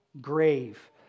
grave